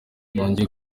nongeye